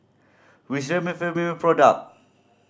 which Remifemin product